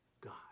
God